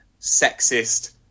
sexist